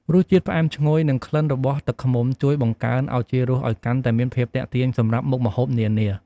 រសជាតិផ្អែមឈ្ងុយនិងក្លិនរបស់ទឹកឃ្មុំ ជួយបង្កើនឱជារសឱ្យកាន់តែមានភាពទាក់ទាញសម្រាប់មុខម្ហូបនានា។